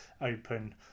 open